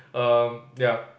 erm ya